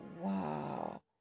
wow